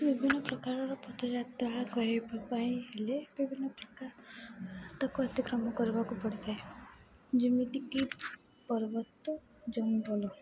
ବିଭିନ୍ନ ପ୍ରକାରର ପଥଯାତ୍ରା କରିବା ପାଇଁ ହେଲେ ବିଭିନ୍ନ ପ୍ରକାର ରାସ୍ତାକୁ ଅତିକ୍ରମ କରିବାକୁ ପଡ଼ିଥାଏ ଯେମିତିକି ପର୍ବତ ଜଙ୍ଗଲ